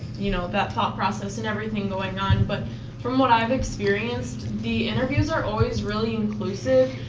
you know, that thought process and everything going on. but from what i've experienced the interviews are always really inclusive,